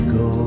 go